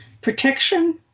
protection